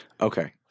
Okay